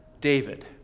David